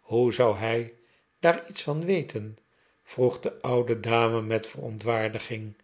hoe zou hij daar iets van weten vroeg de oude dame met verontwaardiging